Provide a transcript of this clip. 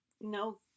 no